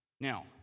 Now